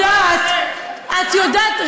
את יודעת,